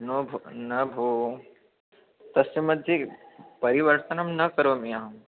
नो भो न भो तस्य मध्ये परिवर्तनं न करोमि अहं